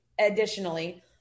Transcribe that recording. additionally